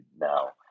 now